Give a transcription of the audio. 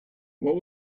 what